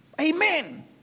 Amen